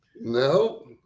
No